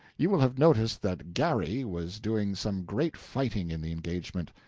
you will have noticed that garry was doing some great fighting in the engagement.